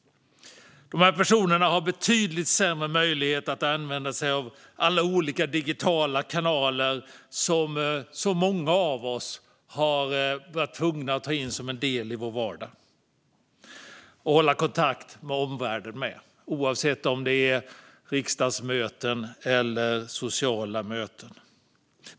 De personerna har betydligt sämre möjlighet att använda sig av alla olika digitala kanaler som så många av oss varit tvungna att ta in som en del i vår vardag för att hålla kontakt med omvärlden. Det gäller oavsett det är riksdagsmöten eller sociala möten.